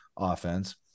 offense